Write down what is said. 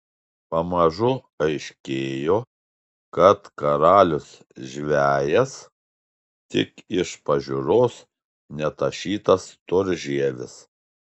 pamažu aiškėjo kad karalius žvejas tik iš pažiūros netašytas storžievis